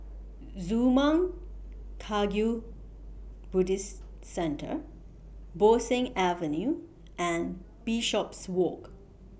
Zurmang Kagyud Buddhist Center Bo Seng Avenue and Bishopswalk